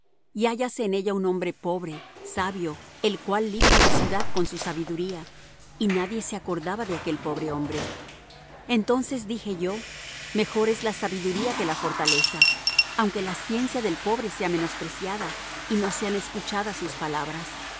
y hállase en ella un hombre pobre sabio el cual libra la ciudad con su sabiduría y nadie se acordaba de aquel pobre hombre entonces dije yo mejor es la sabiduría que la fortaleza aunque la ciencia del pobre sea menospreciada y no sean escuchadas sus palabras